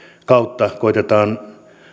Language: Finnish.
kautta koetetaan